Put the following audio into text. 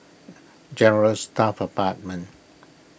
General Staff Apartment